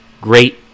great